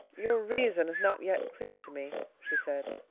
your reason is not yet clear to me, she said.